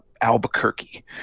Albuquerque